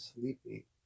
sleepy